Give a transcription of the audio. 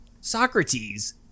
Socrates